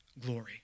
glory